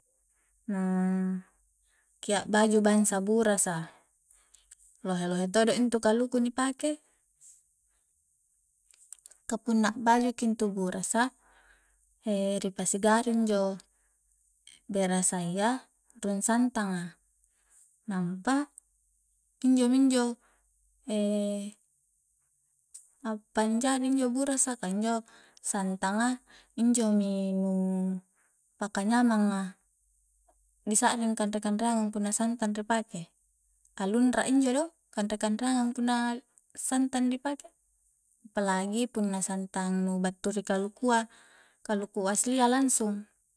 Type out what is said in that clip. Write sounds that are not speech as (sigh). Na ki a'baju bangsa burasa lohe-lohe todo intu kaluku ni pake ka punna a'bajuki intu burasa (hesitation) ri pasi garu injo berasa iya rung santanga nampa injo minjo (hesitation) a'panjari injo burasa ka injo santanga injo mi nu paka nyamang a disa'ring kanre-kanreanagan a punna santang ri pake a lunra injo do kanre-kanreangang punna santang ni pake apalagi punna santang nu battu ri kalukua kaluku aslia langsung